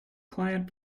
client